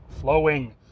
flowing